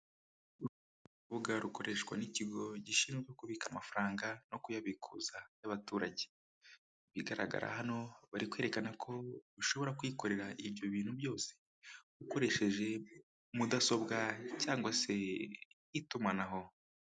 Urubuga rukoreshwa n'ikigo gishinzwe kubika amafaranga no kuyabikuza y'abaturage, ibigaragara hano bari kwerekana ko ushobora kwikorera ibyo bintu byose ukoresheje mudasobwa cyangwa se itumanaho.